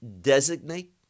designate